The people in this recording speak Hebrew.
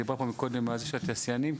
דיברה פה מקודם הנציגה של התעשיינים,